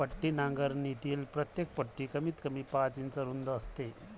पट्टी नांगरणीतील प्रत्येक पट्टी कमीतकमी पाच इंच रुंद असते